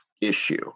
issue